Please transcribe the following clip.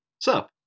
sup